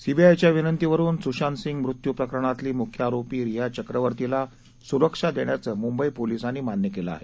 सीबीआयच्या विनंतीवरून सुशांतसिंग मृत्यू प्रकरणातली मुख्य आरोपी रिया चक्रवर्तीला सुरक्षा देण्याचं मुंबई पोलिसांनी मान्य केलं आहे